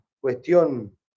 cuestión